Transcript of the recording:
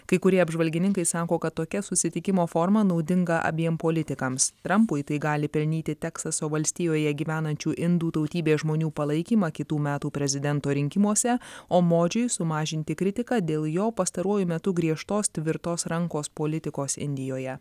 kai kurie apžvalgininkai sako kad tokia susitikimo forma naudinga abiem politikams trampui tai gali pelnyti teksaso valstijoje gyvenančių indų tautybės žmonių palaikymą kitų metų prezidento rinkimuose o modžiui sumažinti kritiką dėl jo pastaruoju metu griežtos tvirtos rankos politikos indijoje